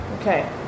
Okay